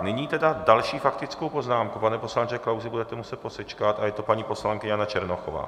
Nyní tedy další faktickou poznámku, pane poslanče Klausi, budete muset posečkat, a je to paní poslankyně Jana Černochová.